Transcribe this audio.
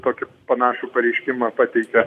tokį panašų pareiškimą pateikė